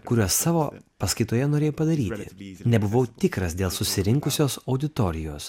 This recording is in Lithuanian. kurios savo paskaitoje norėjo padaryti nebuvau tikras dėl susirinkusios auditorijos